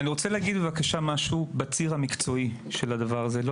אני רוצה להגיד בבקשה משהו בציר המקצועי של הדבר הזה לא